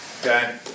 Okay